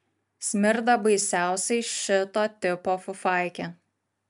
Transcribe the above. smirda baisiausiai šito tipo fufaikė